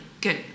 good